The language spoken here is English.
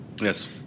Yes